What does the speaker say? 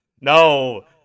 No